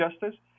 justice